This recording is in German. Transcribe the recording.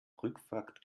rückfahrt